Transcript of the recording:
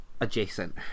adjacent